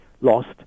lost